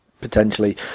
potentially